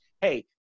hey